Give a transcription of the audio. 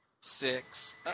six